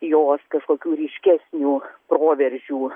jos kažkokių ryškesnių proveržių